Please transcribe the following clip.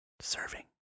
Serving